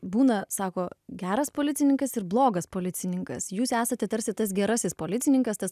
būna sako geras policininkas ir blogas policininkas jūs esate tarsi tas gerasis policininkas tas